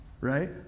right